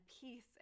peace